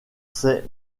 ces